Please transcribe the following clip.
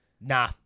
Nah